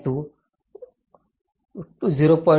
92 0